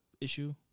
issue